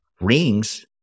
rings